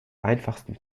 einfachsten